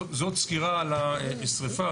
זו סקירה על השריפה,